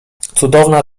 cudowna